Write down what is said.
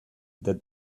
that